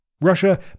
Russia